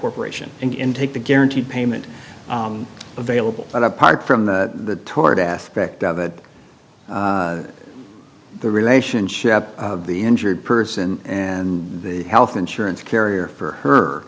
corporation and in take the guaranteed payment available but apart from the torrid aspect of it the relationship of the injured person and the health insurance carrier for her